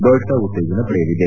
ದೊಡ್ಡ ಉತ್ತೇಜನ ಪಡೆಯಲಿದೆ